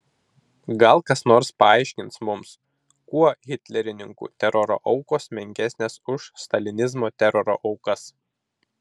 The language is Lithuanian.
gal kas nors paaiškins mums kuo hitlerininkų teroro aukos menkesnės už stalinizmo teroro aukas